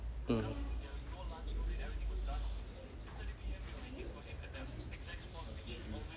mm